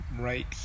Right